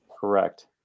Correct